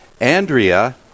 andrea